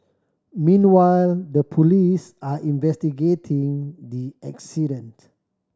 meanwhile the police are investigating the accident